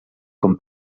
com